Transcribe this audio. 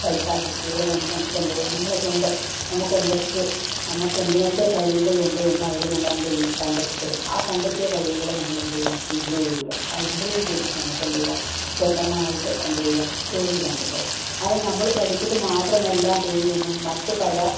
സൈക്കാട്രിസ്റ്റ്കളും വന്ന് നമക്കെന്തെയ്യാം നമ്മള് സ്വന്തം നമക്കെന്തൊക്കെ നമക്കെന്തിനൊക്കെ കഴിവുകളുണ്ട് എന്ന് അവര് നമ്മളെന്തെയ്യും അവര് കണ്ടെത്തി തരും ആ കണ്ടെത്തിയ കഴിവുകള് നമ്മളെന്തെയ്യാ ഇംപ്രൂവ് ചെയ്യാ ഇംപ്രൂവ് ചെയ്തിട്ട് നമുക്ക് എന്ത് ചെയ്യാം സ്വന്തമായിട്ട് എന്തെയ്യാ തൊഴില് കണ്ടെത്തുക ആദ്യം നമ്മള് പഠിച്ചത് മാത്രമല്ല തൊഴിലെന്നും മറ്റു പല